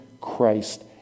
Christ